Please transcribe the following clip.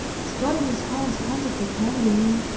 scott and his hounds hunted the kangaroo,